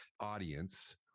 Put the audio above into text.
audience